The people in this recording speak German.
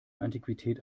antiquität